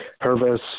Hervis